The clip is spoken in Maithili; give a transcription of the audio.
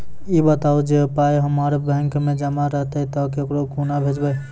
ई बताऊ जे पाय हमर बैंक मे जमा रहतै तऽ ककरो कूना भेजबै?